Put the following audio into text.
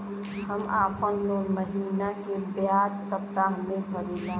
हम आपन लोन महिना के बजाय सप्ताह में भरीला